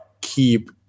keep